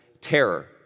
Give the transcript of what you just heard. terror